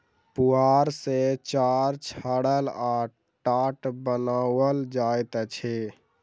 पुआर सॅ चार छाड़ल आ टाट बनाओल जाइत अछि